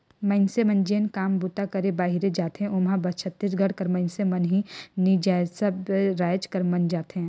मइनसे मन जेन काम बूता करे बाहिरे जाथें ओम्हां बस छत्तीसगढ़ कर मइनसे मन ही नी जाएं सब राएज कर मन जाथें